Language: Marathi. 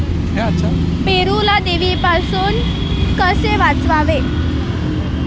पेरूला देवीपासून कसे वाचवावे?